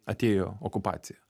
atėjo okupacija